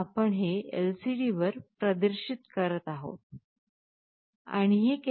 नंतर आपण हे LCD वर प्रदर्शित करत आहोत